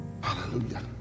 hallelujah